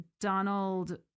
Donald